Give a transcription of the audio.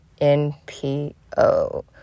NPO